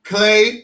Clay